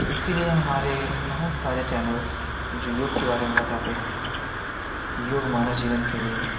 इसके लिए हमारे बहुत सारे चैनल्स जो योग के बारे में बताते हैं कि योग मानव जीवन के लिए